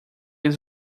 eles